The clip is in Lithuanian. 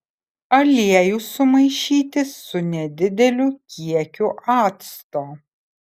aliejų sumaišyti su nedideliu kiekiu acto